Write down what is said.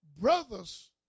brothers